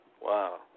Wow